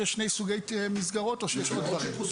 שני סוגי מסגרות, או שיש עוד דברים.